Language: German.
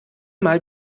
mal